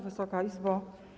Wysoka Izbo!